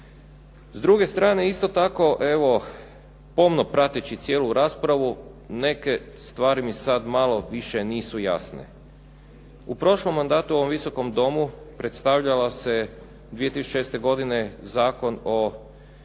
S druge strane isto tako evo, pomno prateći cijelu raspravu neke stvari mi sad malo više nisu jasne. U prošlom mandatu u ovom Visokom domu predstavljala se 2006. godine Zakon o obveznom